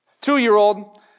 Two-year-old